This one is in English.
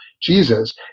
Jesus